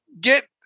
get